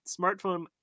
smartphone